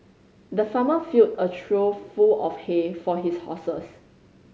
the farmer filled a trough full of hay for his horses